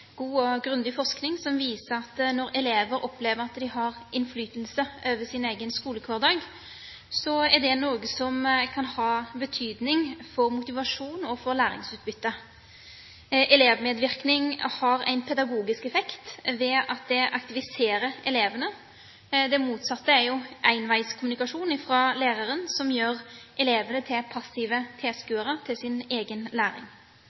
god og grundig forskning som viser at når elever opplever at de har innflytelse over sin egen skolehverdag, kan det ha betydning for motivasjon og for læringsutbytte. Elevmedvirkning har en pedagogisk effekt ved at det aktiviserer elevene. Det motsatte er enveiskommunikasjon fra læreren, som gjør elevene til passive tilskuere til sin egen læring.